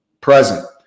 Present